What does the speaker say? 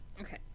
Okay